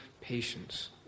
patience